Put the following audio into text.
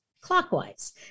clockwise